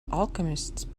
alchemists